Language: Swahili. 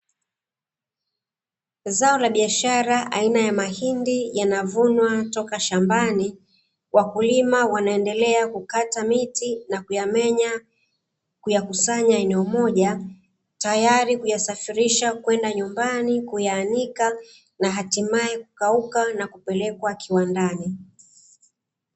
Zao la biashara aina ya mahindi, yavunwa toka shambani wakulima wanaendelea kukata miti na kuyamenya kuyakusanya eneo moja tayali kuasafilisha kwenda nyumbani kuyaanika na hatimaye kukauka na kupeleka kiwandani.